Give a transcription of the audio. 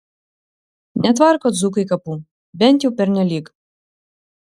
netvarko dzūkai kapų bent jau pernelyg